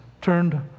turned